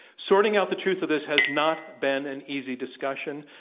sorting out the truth of this has not been an easy discussion,